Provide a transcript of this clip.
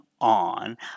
on